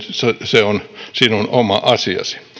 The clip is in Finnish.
se on sinun oma